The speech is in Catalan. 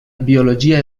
biologia